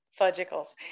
fudgicles